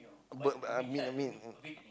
but but I mean I mean